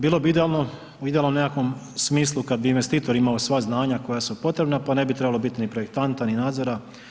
Bilo bi idealno u idealnom nekakvom smislu kada bi investitor imao sva znanja koja su potrebna, pa ne bi trebalo ni projektanta, ni nadzora.